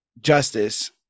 justice